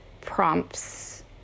prompts